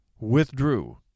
withdrew